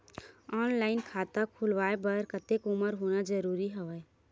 Online खाता खुलवाय बर कतेक उमर होना जरूरी हवय?